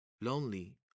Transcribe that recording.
lonely